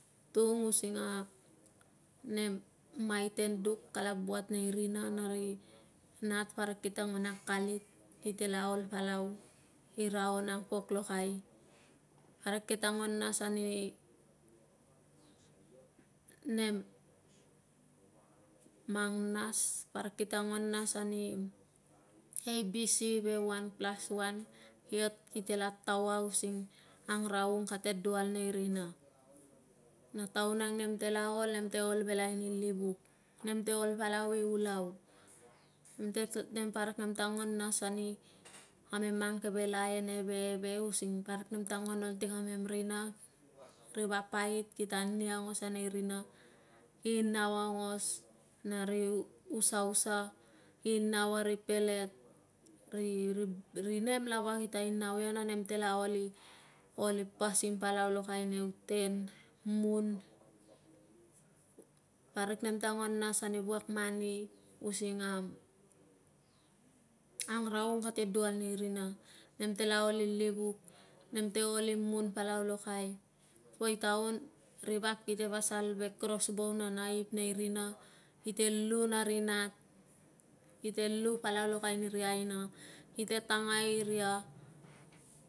Tung using a nem maiten duk kal buat nei rina na ri nat parik kite nguan akalit kite la ol pala ki raun angpok lo kai parik kite nguan nas ni nem mang nas parik kite nguan nas ni nem abc ve 1 + 1 kite la taua using angraung kateladual nei rina na taun ang nem te la ol nem te ol ve livuk nem te ol palaui ulau parik nem ta nguan nas an ni kamen mang keve laen eve na eve using parik namen ta nguan igge si kamen rina rivap pait kita anini aungos na nei rina ki nau aungos na ri usausa ki nau ari pelet ri rinem lava kita i nau ia na nem tela oli pasim lokai nau ten mun parik nemtenguan nas ani vuak man using a angraung kate duk luai nei rin nem tela ol i inuk nemte ol i mun palu lokai poitaun rivap kite pasal ve kroslau na naip nei rina kite lu n ri nt kite lu lokai palau ni ri aina kite tangai iria.